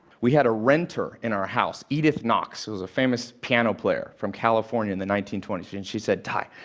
we had a renter in our house. edith knox, who was a famous piano player from california in the nineteen twenty s. and she said, tai,